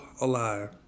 alive